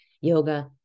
yoga